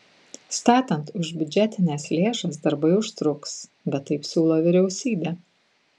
statant už biudžetines lėšas darbai užtruks bet taip siūlo vyriausybė